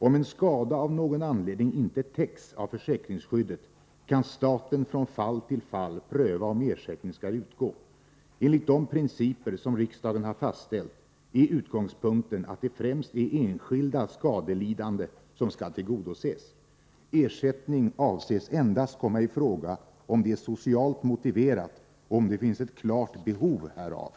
Om en skada av någon anledning inte täcks av försäkringsskyddet, kan staten från fall till fall pröva om ersättning skall utgå. Enligt de principer som riksdagen har fastställt är utgångspunkten att det främst är enskilda skadelidande som skall tillgodoses. Ersättning avses endast komma i fråga om det är socialt motiverat och om det finns ett klart behov härav.